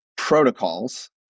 protocols